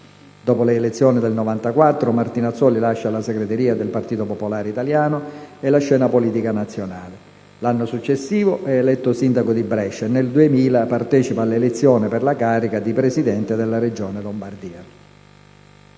Dopo le elezioni del 1994, Martinazzoli lasciò la segreteria del Partito Popolare Italiano e la scena politica nazionale. L'anno successivo fu eletto sindaco di Brescia, e nel 2000 partecipò alle elezioni per la carica di presidente della Regione Lombardia.